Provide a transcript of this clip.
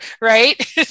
right